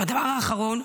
הדבר האחרון,